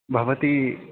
भवती